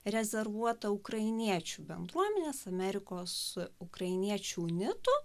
rezervuota ukrainiečių bendruomenės amerikos su ukrainiečių unitu